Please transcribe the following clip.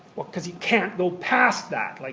because you can't go past that. like